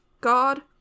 God